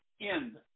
end